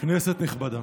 כנסת נכבדה,